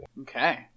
Okay